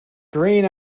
green